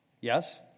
Yes